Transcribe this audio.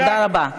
תודה רבה.